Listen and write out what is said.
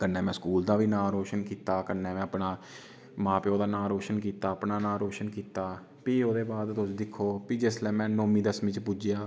कन्नै में स्कूल दा बी नांऽ रोशन कीता कन्नै में अपना मां प्यो दा नांऽ रोशन कीता अपना नांऽ रोशन कीता फ्ही ओहदे बाद तुस दिक्खो फ्ही जिसलै में नौमी दसमीं च पुज्जेआ